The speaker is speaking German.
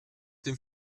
dem